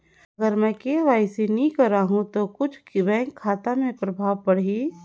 अगर मे के.वाई.सी नी कराहू तो कुछ बैंक खाता मे प्रभाव पढ़ी?